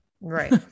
right